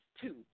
two